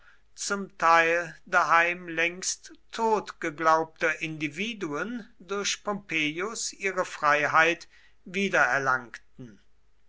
zum teil daheim längst tot geglaubter individuen durch pompeius ihre freiheit